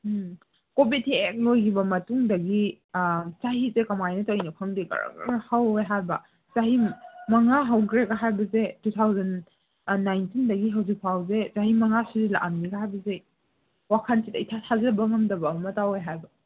ꯎꯝ Covid ꯍꯦꯛ ꯂꯣꯏꯈꯤꯕ ꯃꯇꯨꯡꯗꯒꯤ ꯆꯍꯤꯁꯦ ꯀꯃꯥꯏꯅ ꯇꯧꯔꯤꯅꯣ ꯈꯪꯗꯦ ꯒꯔ ꯒꯔ ꯍꯧꯋꯦ ꯍꯥꯏꯕ ꯆꯍꯤ ꯃꯉꯥ ꯍꯧꯈ꯭ꯔꯦꯒ ꯍꯥꯏꯕꯁꯦ ꯇꯨ ꯊꯥꯎꯖꯟ ꯅꯥꯏꯟꯇꯤꯟꯗꯒꯤ ꯍꯧꯖꯤꯛ ꯐꯥꯎꯁꯦ ꯆꯍꯤ ꯃꯉꯥꯁꯤ ꯁꯨꯁꯤꯜꯂꯛꯑꯕꯅꯤꯒ ꯍꯥꯏꯕꯁꯦ ꯋꯥꯈꯟꯁꯤꯗ ꯏꯊꯥ ꯊꯥꯖꯕ ꯉꯝꯗꯕ ꯑꯃ ꯇꯧꯋꯦ ꯍꯥꯏꯕ